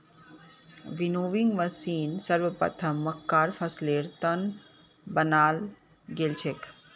winnowing मशीनक सर्वप्रथम मक्कार फसलेर त न बनाल गेल छेक